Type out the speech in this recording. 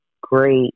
great